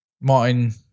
Martin